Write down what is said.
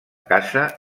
caça